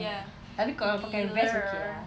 ya tapi kalau pakai vest okay lah